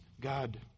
God